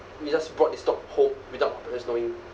we just brought this dog home without parents knowing